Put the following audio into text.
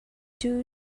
two